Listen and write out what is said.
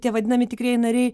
tie vadinami tikrieji nariai